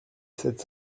sept